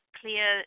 clear